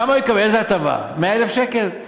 כמה יקבל, איזו הטבה, 100,000 שקל?